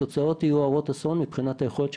התוצאות יהיו הרות אסון מבחינת היכולת של